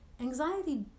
Anxiety